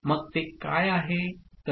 मग ते काय आहे